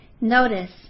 Notice